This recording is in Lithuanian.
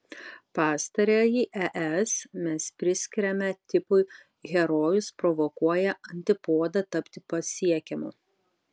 pastarąjį es mes priskiriame tipui herojus provokuoja antipodą tapti pasiekiamu